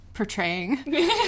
portraying